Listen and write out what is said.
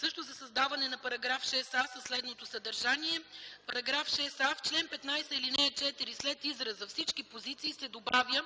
също за създаване на § 6а със следното съдържание: „§ 6а. В чл. 15, ал. 4 след израза „всички позиции” се добавя